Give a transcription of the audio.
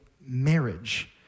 marriage